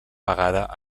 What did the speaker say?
vegada